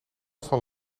van